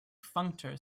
functor